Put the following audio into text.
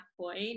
point